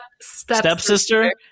Stepsister